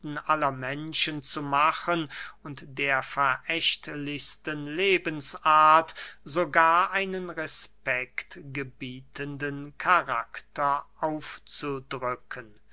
aller menschen zu machen und der verächtlichsten lebensart sogar einen respekt gebietenden karakter aufzudrücken